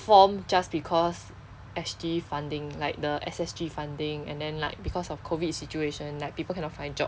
formed just because S_G funding like the S_S_G funding and then like because of COVID situation like people cannot find job